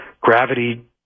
Gravity